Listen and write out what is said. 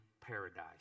paradise